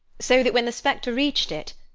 so that when the spectre reached it,